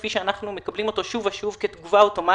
כפי שאנחנו מקבלים אותו שוב ושוב כתגובה אוטומטית,